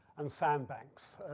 and sand banks,